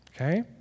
okay